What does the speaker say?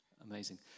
Amazing